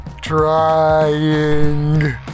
trying